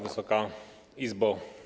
Wysoka Izbo!